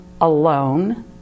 alone